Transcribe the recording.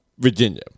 Virginia